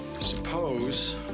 Suppose